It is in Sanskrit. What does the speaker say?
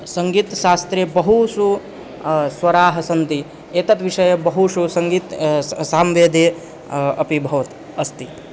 सङ्गीत्सास्त्रे बहवः स्वराः सन्ति एतस्य विषये बहुषु सङ्गीतं सः सामवेदे अपि भवति अस्ति